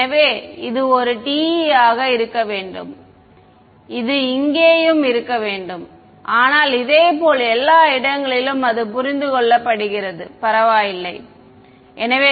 எனவே இது ஒரு t ஆக இருக்க வேண்டும் இது இங்கேயும் இருக்க வேண்டும் ஆனால் இதேபோல் எல்லா இடங்களிலும் அது புரிந்து கொள்ளப்படுகிறது பரவாயில்லை எனவே